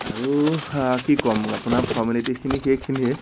আৰু কি ক'ম আপোনাৰ ফৰ্মেলিটিখিনি সেইখিনিয়ে